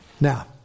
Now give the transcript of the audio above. Now